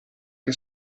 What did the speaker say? che